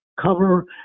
cover